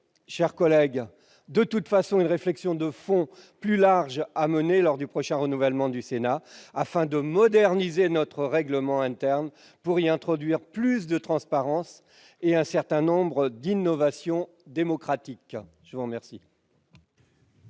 chers collègues, nous aurons de toute façon une réflexion de fond plus large à mener lors du prochain renouvellement du Sénat, afin de moderniser notre règlement interne pour y introduire plus de transparence et un certain nombre d'innovations démocratiques. Quel